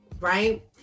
right